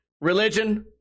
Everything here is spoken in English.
religion